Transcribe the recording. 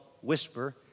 Whisper